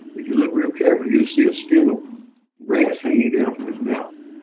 if you look real carefully you'll see a stem of grass hanging down from his mouth.